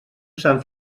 sant